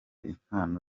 impano